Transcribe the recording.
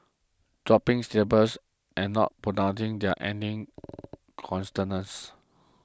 dropping syllables and not pronouncing their ending